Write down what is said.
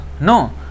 no